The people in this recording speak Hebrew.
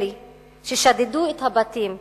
אלה ששדדו את הבתים מבעליהם,